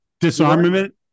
disarmament